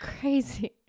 crazy